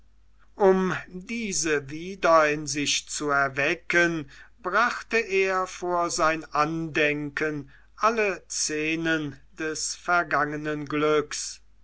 um diese wieder in sich zu erwecken brachte er vor sein andenken alle szenen des vergangenen glücks